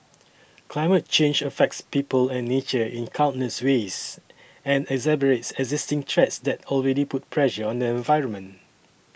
climate change affects people and nature in countless ways and exacerbates existing threats that already put pressure on the environment